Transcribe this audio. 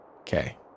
Okay